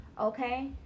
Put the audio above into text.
okay